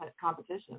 competition